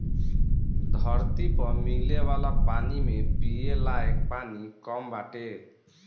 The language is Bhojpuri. धरती पअ मिले वाला पानी में पिये लायक पानी कम बाटे